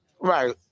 right